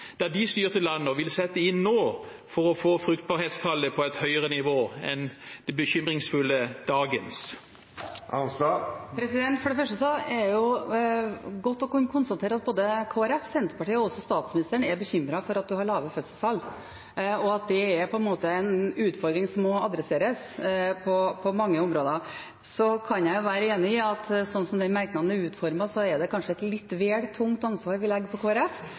de satte inn da de styrte landet, og hvilke tiltak de vil sette inn nå for å få fruktbarhetstallet opp på et høyere nivå enn det bekymringsfulle dagens. For det første er det godt å kunne konstatere at både Kristelig Folkeparti, Senterpartiet og også statsministeren er bekymret for lave fødselstall, og at det er en utfordring som må adresseres på mange områder. Jeg kan være enig i at slik som den merknaden er utformet, er det kanskje et litt vel tungt ansvar vi legger på